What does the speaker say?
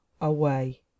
away